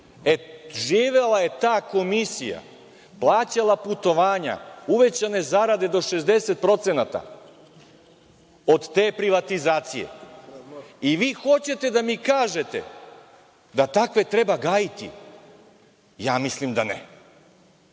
Živela je ta komisija, plaćala putovanja, uvećane zarade do 60% od te privatizacije. I vi hoćete da mi kažete da takve treba gajiti?! Ja mislim da ne.